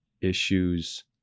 issues